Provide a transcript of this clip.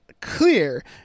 clear